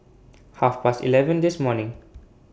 Half Past eleven This morning